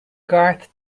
garth